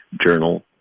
journal